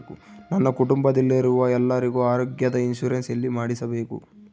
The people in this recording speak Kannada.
ನನ್ನ ಕುಟುಂಬದಲ್ಲಿರುವ ಎಲ್ಲರಿಗೂ ಆರೋಗ್ಯದ ಇನ್ಶೂರೆನ್ಸ್ ಎಲ್ಲಿ ಮಾಡಿಸಬೇಕು?